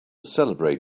celebrate